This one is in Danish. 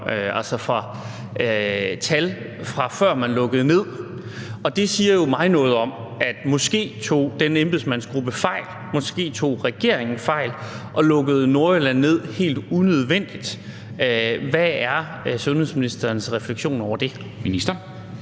altså tal fra, før man lukkede ned, og det siger jo mig noget om, at måske tog den embedsmandsgruppe fejl, måske tog regeringen fejl og lukkede Nordjylland ned helt unødvendigt. Hvad er sundhedsministerens refleksion over det?